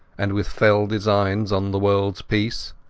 and with fell designs on the worldas peace.